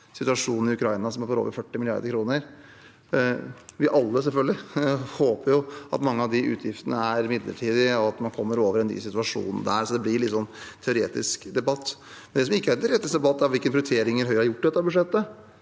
situasjonen i Ukraina, som er på over 40 mrd. kr. Vi håper selvfølgelig alle at mange av de utgiftene er midlertidige, og at man kom mer over i en ny situasjon der. Det blir en litt teoretisk debatt. Det som ikke er en teoretisk debatt, er hvilke prioriteringer Høyre har gjort i dette budsjettet.